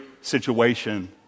situation